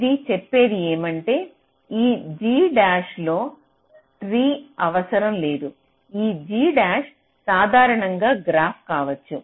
అది చెప్పేది ఏమిటంటే ఈ G డాష్లో ట్రీ అవసరం లేదు G డాష్ సాధారణ గ్రాఫ్ కావచ్చు